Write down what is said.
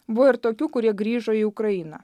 buvo ir tokių kurie grįžo į ukrainą